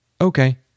Okay